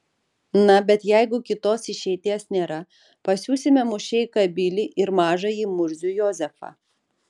na bet jeigu kitos išeities nėra pasiųsime mušeiką bilį ir mažąjį murzių jozefą